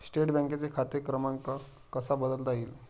State बँकेचा खाते क्रमांक कसा बदलता येईल?